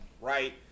right